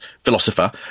philosopher